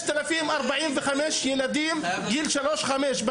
5,045 ילדים גיל שלוש-חמש,